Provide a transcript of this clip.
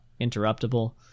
interruptible